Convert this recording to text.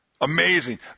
amazing